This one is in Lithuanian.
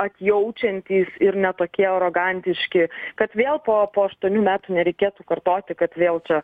atjaučiantys ir ne tokie arogantiški kad vėl po po aštuonių metų nereikėtų kartoti kad vėl čia